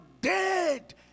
dead